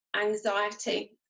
anxiety